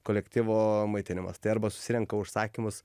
kolektyvo maitinimas tai arba susirenka užsakymus